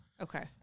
Okay